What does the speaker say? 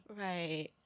Right